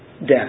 death